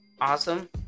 awesome